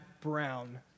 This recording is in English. Brown